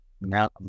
now